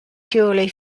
purely